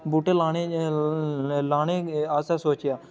बूह्टे लाने आस्तै सोचेआ